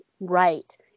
right